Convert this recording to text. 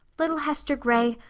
little hester gray,